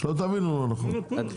שלא תבינו לא נכון,